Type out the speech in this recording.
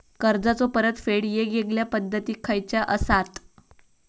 कर्जाचो परतफेड येगयेगल्या पद्धती खयच्या असात?